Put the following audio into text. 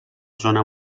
zona